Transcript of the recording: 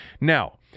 Now